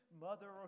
mother